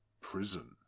prison